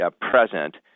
present